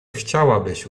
chciałabyś